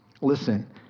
Listen